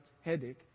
headache